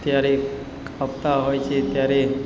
ત્યારે કાપતા હોય છે ત્યારે